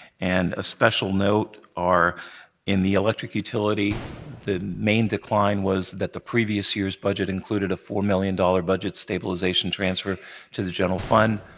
and of special note are in the electric utility, the main decline was that the previous year's budget included a four million budget stabilization transfer to the general fund.